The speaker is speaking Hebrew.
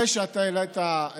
שהעלית,